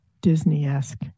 Disney-esque